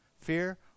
fear